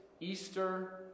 Easter